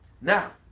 Now